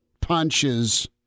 punches